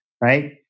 right